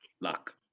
luck